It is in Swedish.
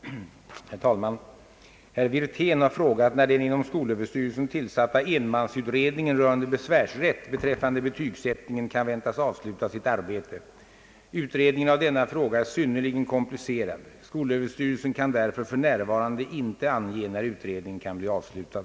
Herr talman! Herr Wirtén har frågat, när den inom skolöverstyrelsen tillsatta enmansutredningen rörande besvärsrätt beträffande betygsättningen kan väntas avsluta sitt arbete. Utredningen av denna fråga är synnerligen komplicerad. Skolöverstyrelsen kan därför f. n. icke ange, när utredningen kan bli avslutad.